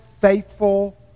faithful